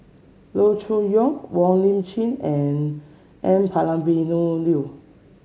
Loo Choon Yong Wong Lip Chin and N Palanivelu